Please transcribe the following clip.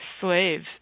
slaves